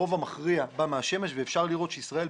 הרוב המכריע בא מהשמש ואפשר לראות שישראל,